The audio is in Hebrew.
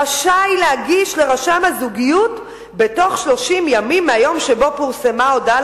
רשאי להגיש לרשם הזוגיות בתוך 30 ימים מהיום שבו פורסמה ההודעה